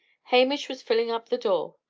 hamish was filling up the door,